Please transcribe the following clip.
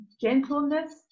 gentleness